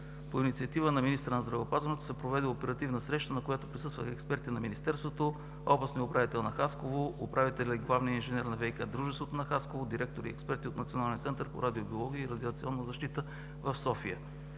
по инициатива на министъра на здравеопазването се проведе оперативна среща, на която присъстваха експерти на министерството, областният управител на Хасково, управителят и главния инженер на ВИК - дружеството на Хасково, директори и експерти от Националния център по радиобиология и радиационна защита в София.